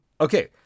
Okay